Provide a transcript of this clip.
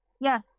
Yes